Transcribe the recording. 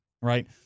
right